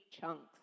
chunks